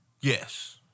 Yes